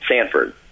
Sanford